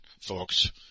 folks